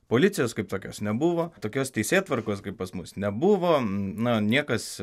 policijos kaip tokios nebuvo tokios teisėtvarkos kaip pas mus nebuvo na niekas